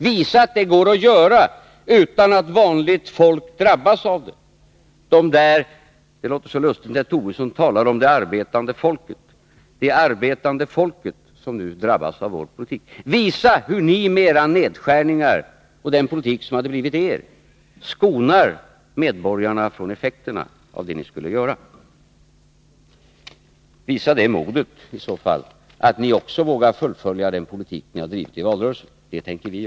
Visa att det går att göra utan att vanligt folk drabbas av det. Det låter så lustigt när Lars Tobisson talar om det arbetande folket, som nu skulle drabbas av vår politik. Visa hur ni med era nedskärningar och den politik som skulle ha blivit er skonar medborgarna från effekterna av det ni skall göra! Och visa modet att fullfölja den politik som ni drivit i valrörelsen — det tänker vi göra!